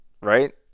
right